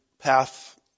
path